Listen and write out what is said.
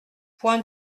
point